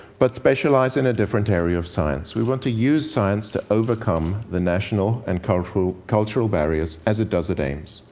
but specialize in a different area of science. we want to use science to overcome the national and cultural cultural barriers, as it does at aims.